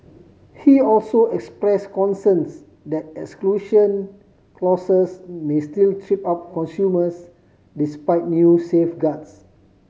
he also express concerns that exclusion clauses may still trip up consumers despite new safeguards